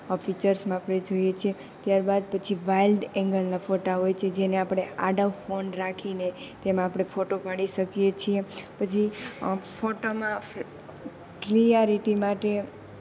ફિચર્સમાં આપણે જોઈએ છીએ ત્યારબાદ પછી વાઇલ્ડ એંગલના ફોટા હોય છે જેને આપણે આડો ફોન રાખીને તેમાં આપણે ફોટો પાડી શકીએ છીએ પછી ફોટોમાં ક્લિયારીટી માટે